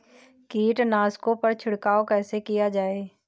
कीटनाशकों पर छिड़काव कैसे किया जाए?